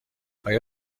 آیا